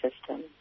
system